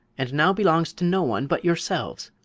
and now belongs to no one but yourselves.